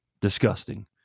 disgusting